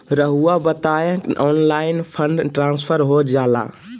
रहुआ बताइए online fund transfer हो जाला?